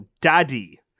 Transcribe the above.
daddy